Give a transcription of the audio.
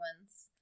ones